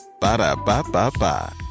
Ba-da-ba-ba-ba